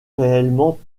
réellement